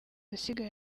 asigaye